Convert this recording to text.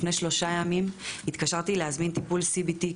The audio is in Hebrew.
לפני שלושה ימים התקשרתי להזמין טיפול CBT,